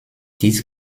dies